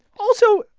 also,